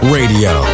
Radio